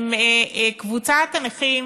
קבוצת הנכים,